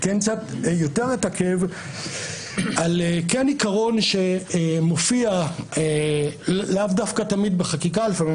אני אתעכב יותר על עיקרון שלא תמיד דווקא מופיע בחקיקה אלא לפעמים